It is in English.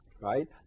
right